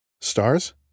Stars